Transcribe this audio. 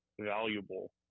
valuable